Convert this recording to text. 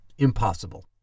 Impossible